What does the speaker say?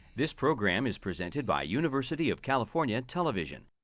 this program is presented by university of california television.